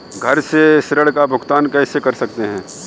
घर से ऋण का भुगतान कैसे कर सकते हैं?